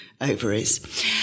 ovaries